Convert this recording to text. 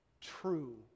true